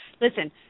Listen